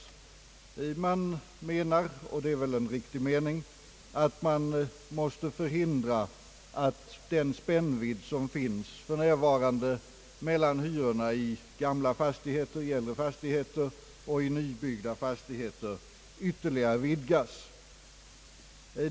Hyresrådets uppfattning — och den får väl anses vara riktig — innebär att man måste förhindra att den spännvidd som för närvarande finnes mellan hyrorna i äldre fastigheter och i nybyggda fastigheter ytterligare vidgas.